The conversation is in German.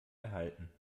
erhalten